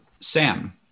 Sam